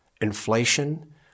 inflation